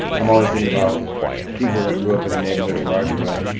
i'm always thinking about people that grew up in the neighborhoods where i grew up.